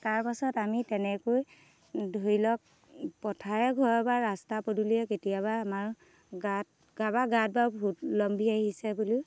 তাৰপাছত আমি তেনেকৈ ধৰি লওক পথাৰে ঘৰে বা ৰাস্তা পদুলীয়ে কেতিয়াবা আমাৰ গাত কাৰবাৰ গাত বা ভূত লম্ভি আহিছে বুলি